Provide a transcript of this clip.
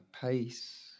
Pace